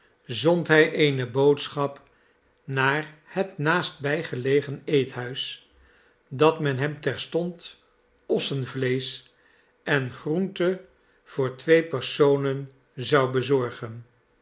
zond hij eene boodschap naar het naastbij gelegen eethuis dat men hem terstond ossenvleesch en groente voor twee personen zou bezorgen